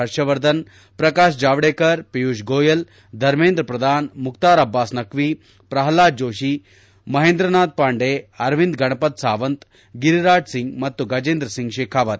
ಹರ್ಷವರ್ಧನ್ ಪ್ರಕಾಶ್ ಜಾವ್ದೇಕರ್ ಪಿಯೂಶ್ ಗೋಯಲ್ ಧಮೇಂದ್ರ ಪ್ರಧಾನ್ ಮುಕ್ತಾರ್ ಅಬ್ಲಾಸ್ ನಖ್ವಿ ಪ್ರಹ್ಲಾದ್ ಜೋಷಿ ಮಹೇಂದ್ರನಾಥ್ ಪಾಂಡೆ ಅರವಿಂದ್ ಗಣಪತ್ ಸಾವಂತ್ ಗಿರಿರಾಜ್ ಸಿಂಗ್ ಮತ್ತು ಗಜೇಂದ್ರ ಸಿಂಗ್ ಶೇಖಾವತ್